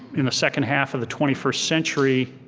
in the second half of the twenty first century,